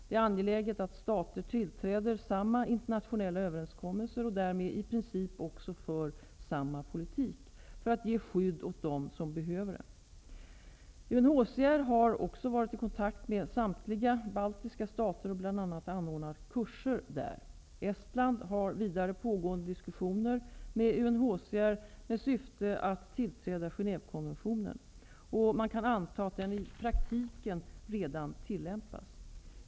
Det är angeläget att stater tillträder samma internationella överenskommelser och därmed i princip också för samma politik, för att ge skydd åt dem som behöver det. UNHCR har också varit i kontakt med samtliga baltiska stater och bl.a. anordnat kurser där. Estland har vidare pågående diskussioner med UNHCR med syfte att tillträda Genèvekonventionen, och man kan anta att den i praktiken redan tillämpas.